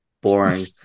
Boring